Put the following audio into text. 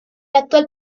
actual